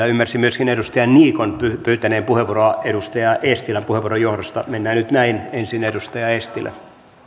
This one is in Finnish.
ymmärsin myöskin edustaja niikon pyytäneen puheenvuoroa edustaja eestilän puheenvuoron johdosta mennään nyt näin että ensin edustaja eestilä